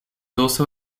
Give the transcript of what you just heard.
also